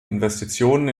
investitionen